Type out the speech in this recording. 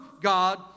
God